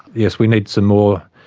yes, we need some more